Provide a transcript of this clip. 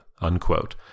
unquote